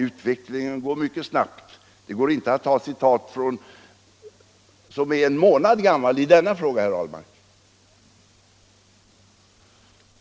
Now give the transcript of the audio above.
Utvecklingen går mycket snabbt. Det går inte att anföra citat som är en månad gamla i denna fråga, herr Ahlmark.